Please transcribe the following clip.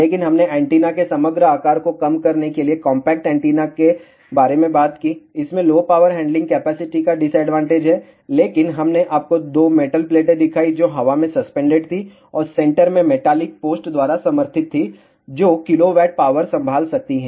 लेकिन हमने एंटीना के समग्र आकार को कम करने के लिए कॉम्पैक्ट एंटीना के बारे में बात की इसमें लो पावर हैंडलिंग कैपेसिटी का डिसअडवांटेज है लेकिन हमने आपको 2 मेटल प्लेटें दिखाईं जो हवा में सस्पेंडेड थीं और सेंटर में मेटालिक पोस्ट द्वारा समर्थित थीं जो किलोवाट पावर संभाल सकती हैं